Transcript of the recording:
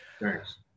Thanks